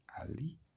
Ali